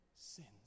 sins